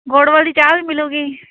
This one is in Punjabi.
ਗੁੜ ਵਾਲੀ ਚਾਹ ਵੀ ਮਿਲੂਗੀ